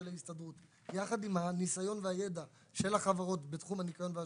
ההסתדרות יחד עם הניסיון והידע של החברות בתחום הניקיון והשמירה,